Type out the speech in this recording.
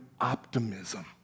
optimism